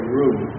room